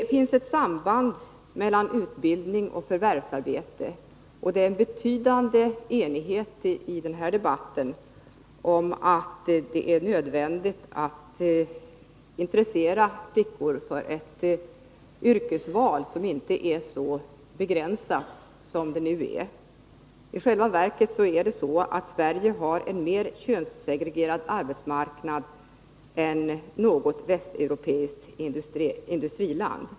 Det finns ett samband mellan utbildning och förvärvsarbete, och det råder en betydande enighet i denna debatt om att det är nödvändigt att intressera flickor för ett yrkesval som inte är så begränsat som nu. I själva verket har Sverige en mer könssegregerad arbetsmarknad än något annat västeuropeiskt industriland.